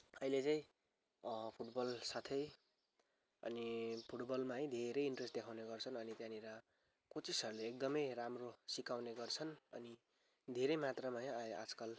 अहिले चाहिँ फुटबल साथै अनि फुटबलमा है धेरै इन्ट्रेस्ट देखाउने गर्छन् अनि त्यहाँनिर कोचेसहरूले एकदमै राम्रो सिकाउने गर्छन् अनि धेरै मात्रामा है आजकल